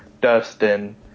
dustin